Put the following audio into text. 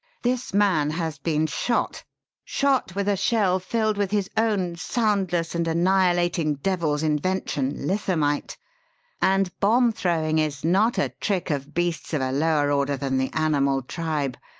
this man has been shot shot with a shell filled with his own soundless and annihilating devil's invention, lithamite and bomb throwing is not a trick of beasts of a lower order than the animal tribe!